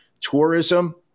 tourism